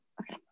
okay